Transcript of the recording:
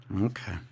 Okay